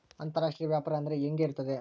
ಅಂತರಾಷ್ಟ್ರೇಯ ವ್ಯಾಪಾರ ಅಂದರೆ ಹೆಂಗೆ ಇರುತ್ತದೆ?